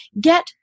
get